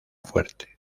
fuerte